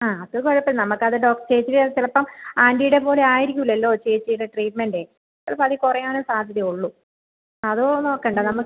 ആ അത് കുഴപ്പം ഇല്ല നമ്മൾക്കത് ചേച്ചിയുടെ ചിലപ്പം ആൻ്റിയുടെപോലെ ആയിരിക്കില്ലല്ലോ ചേച്ചിയുടെ ട്രീറ്റ്മെൻ്റേ ചിലപ്പോൾ അതിൽ കുറയാൻ സാധ്യത ഉള്ളൂ അത് നോക്കണ്ട